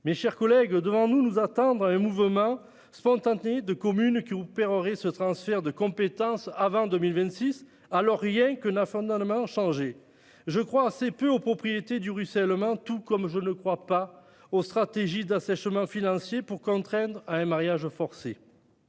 Mes chers collègues, devons-nous nous attendre à un mouvement spontané de communes qui opéreraient ce transfert de compétences avant 2026, alors que rien n'a fondamentalement changé ? Je crois assez peu aux propriétés du ruissellement. De même, je ne crois ni aux stratégies d'assèchement financier ni au mariage forcé